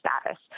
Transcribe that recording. status